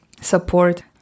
support